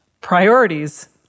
priorities